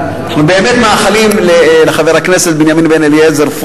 אנחנו באמת מאחלים לחבר הכנסת בנימין בן-אליעזר,